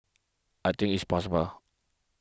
I think it's possible